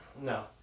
No